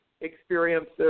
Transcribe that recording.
experiences